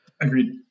Agreed